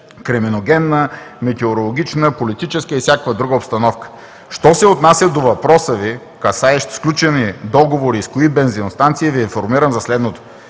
криминогенна, метеорологична, политическа и всякаква друга обстановка. Що се отнася до въпроса Ви, касаещ сключени договори и с кои бензиностанции, Ви информирам за следното: